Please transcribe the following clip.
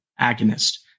agonist